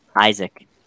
Isaac